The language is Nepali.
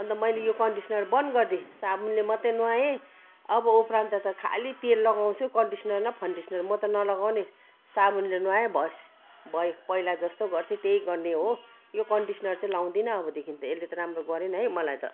अन्त मैले यो कन्डिसनर बन्द गरिदिएँ साबुनले मात्रै नुहाए अब उप्रान्त त खालि तेल लगाउँछु कन्डिसनर न फन्डिसनर म त नलगाउने साबुनले नुहायो बस् भयो पहिला जस्तो गर्थेँ त्यही गर्ने हो यो कन्डिसनर चाहिँ लाउदिनँ अबदेखि यसले त राम्रो गरेन है मलाई त